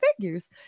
figures